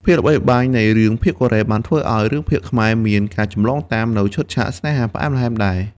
ភាពល្បីល្បាញនៃរឿងភាគកូរ៉េបានធ្វើឱ្យរឿងភាគខ្មែរមាន ការចម្លងតាម នូវឈុតឆាកស្នេហាផ្អែមល្ហែមដែរ។